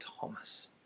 Thomas